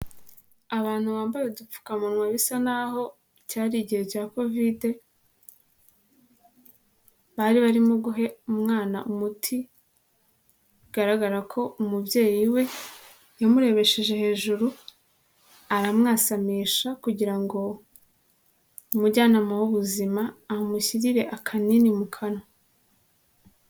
Abantu bambaye udupfukamunwa bisa n'aho cyari igihe cya kovide, bari barimo guha umwana umuti, bigaragara ko umubyeyi we yamurebesheje hejuru, aramwasamisha kugira ngo umujyanama w'ubuzima, amushyirire akanini mu kanwa.